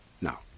now